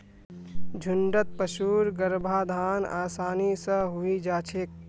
झुण्डत पशुर गर्भाधान आसानी स हई जा छेक